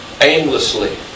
aimlessly